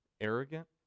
arrogant